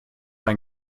ein